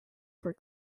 for